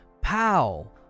pow